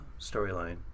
storyline